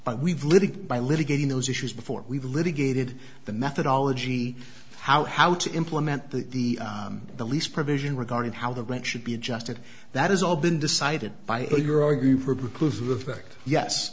but we've little by litigating those issues before we've litigated the methodology how how to implement the the lease provision regarding how the rent should be adjusted that is all been decided